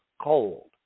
cold